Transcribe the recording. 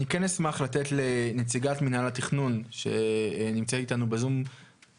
אני כן אשמח לתת לנציגת מינהל התכנון שנמצאת איתנו בזום,